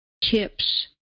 tips